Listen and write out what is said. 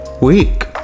week